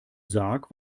sarg